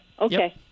okay